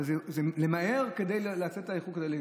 אבל זה למהר כדי לנצל את האיחור הזה.